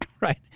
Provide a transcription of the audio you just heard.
Right